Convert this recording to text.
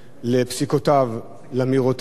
לפסיקותיו, לאמירותיו,